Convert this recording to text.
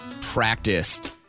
practiced